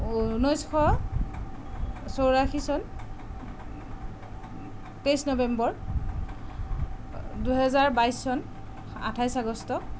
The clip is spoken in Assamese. ঊনৈছশ চৌৰাশী চন তেইছ নৱেম্বৰ দুহাজাৰ বাইছ চন আঠাইছ আগষ্ট